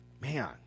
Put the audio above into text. Man